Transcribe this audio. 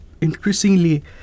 increasingly